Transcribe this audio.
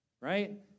right